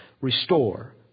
restore